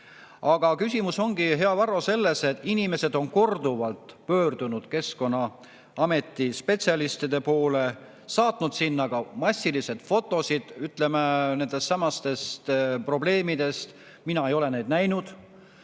Aga küsimus ongi, hea Varro, selles, et inimesed on korduvalt pöördunud Keskkonnaameti spetsialistide poole, saatnud ka massiliselt fotosid, ütleme, nendestsamadest probleemidest. Mina ei ole neid [pilte]